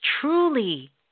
truly